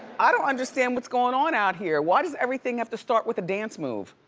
i don't understand what's goin' on out here. why does everything have to start with a dance move?